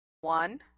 one